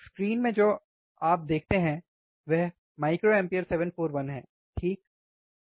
screen में आप जो देखते हैं वह uA741 है ठीक है